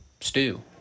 stew